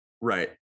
Right